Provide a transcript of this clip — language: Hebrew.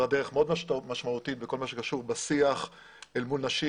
כברת דרך מאוד משמעותית בכל מה שקשור בשיח אל מול נשים,